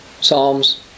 Psalms